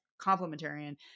complementarian